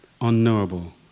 Unknowable